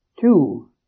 two